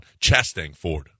chastangford